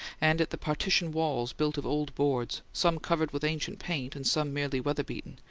and at the partition walls built of old boards, some covered with ancient paint and some merely weatherbeaten,